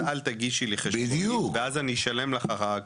אל תגישי לי חשבונית ואז אני אשלם לך אחר כך.